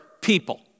people